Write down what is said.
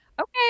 okay